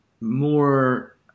more